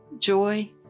joy